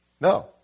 No